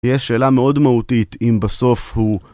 יש שאלה מאוד מהותית אם בסוף הוא...